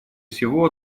всего